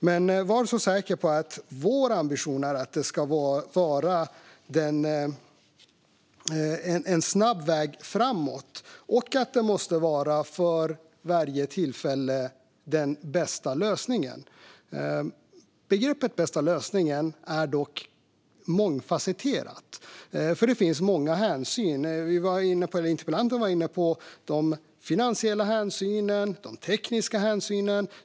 Men var så säker: Vår ambition är att vägen framåt ska vara snabb och att vi för varje tillfälle ska ha den bästa lösningen. Begreppet "bästa lösningen" är dock mångfasetterat, för det finns många hänsyn att ta. Interpellanten var inne på finansiella hänsyn och tekniska hänsyn.